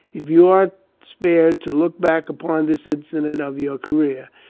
if you are spared to look back upon this incident of your career,